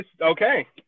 Okay